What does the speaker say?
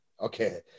okay